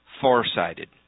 farsighted